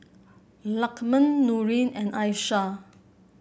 Lukman Nurin and Aishah